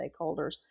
stakeholders